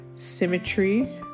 symmetry